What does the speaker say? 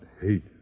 hate